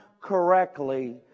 correctly